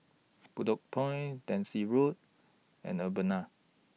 Bedok Point Daisy Road and Urbana